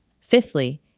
Fifthly